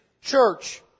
church